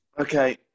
Okay